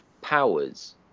powers